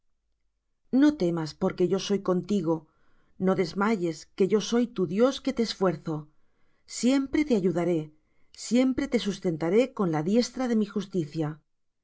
no temas que yo soy contigo no desmayes que yo soy tu dios que te esfuerzo siempre te ayudaré siempre te sustentaré con la diestra de mi justicia